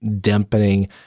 dampening